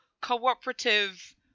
cooperative